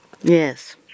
Yes